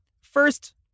First